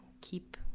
keep